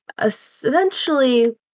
essentially